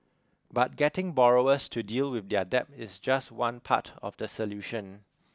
but getting borrowers to deal with their debt is just one part of the solution